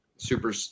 super